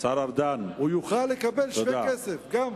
הוא יוכל לקבל שווה כסף גם.